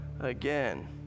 again